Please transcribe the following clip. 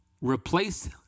replace